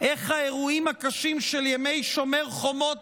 איך האירועים הקשים של ימי שומר חומות